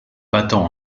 battant